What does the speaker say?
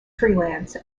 freelance